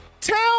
Tell